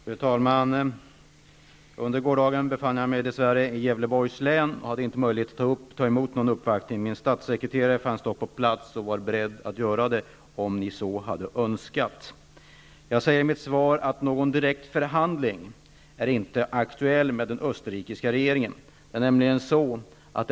Fru talman! Under gårdagen befann jag mig, dess värre, på annan ort. Jag var nämligen i Gävleborgs län och hade därför inte möjlighet att ta emot någon uppvaktning. Min statssekreterare fanns dock på plats och var beredd att ta emot, om ni så hade önskat. Jag säger i mitt svar att någon direkt förhandling med den österrikiska regeringen inte är aktuell.